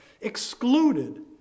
excluded